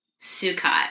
Sukkot